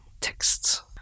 texts